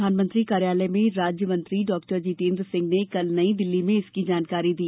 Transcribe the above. प्रधानमंत्री कार्यालय में राज्य मंत्री डॉक्टर जितेन्द्र सिंह ने कल नई दिल्ली में इसकी जानकारी दी